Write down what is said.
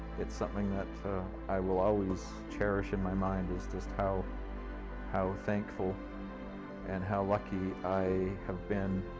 it's something that i will always cherish in my mind is just how how thankful and how lucky i have been.